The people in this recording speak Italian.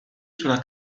sulla